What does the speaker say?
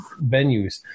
venues